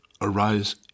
arise